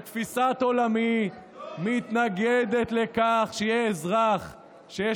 תפיסת עולמי מתנגדת לכך שיהיה אזרח שיש